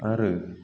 आरो